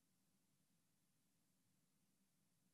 החברות